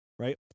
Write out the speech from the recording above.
Right